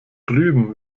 drüben